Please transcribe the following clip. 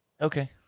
Okay